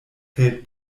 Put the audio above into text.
fällt